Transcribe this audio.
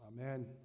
Amen